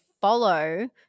follow